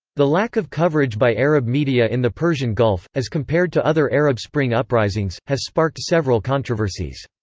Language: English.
the lack of coverage by arab media in the persian gulf, as compared to other arab spring uprisings, has sparked several controversies.